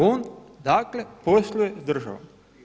On dakle posluje s državom.